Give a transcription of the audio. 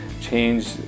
change